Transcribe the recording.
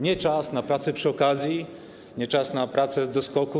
Nie czas na pracę przy okazji, nie czas na pracę z doskoku.